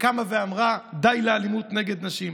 שקמה ואמרה: די לאלימות נגד נשים,